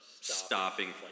stopping